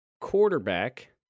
Quarterback